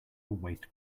waste